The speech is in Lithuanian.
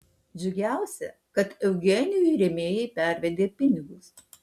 džiugiausia kad eugenijui rėmėjai pervedė pinigus